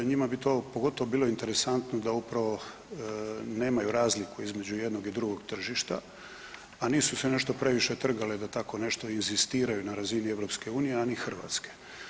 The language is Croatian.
Njima bi to pogotovo bilo interesantno da upravo nemaju razliku između jednog i drugog tržišta, a nisu se nešto previše trgale da tako nešto inzistiraju na razini EU, a ni Hrvatske.